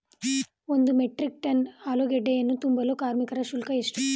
ಒಂದು metric ton ಆಲೂಗೆಡ್ಡೆಯನ್ನು ತುಂಬಲು ಕಾರ್ಮಿಕರ ಶುಲ್ಕ ಎಷ್ಟು?